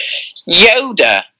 Yoda